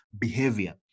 behavior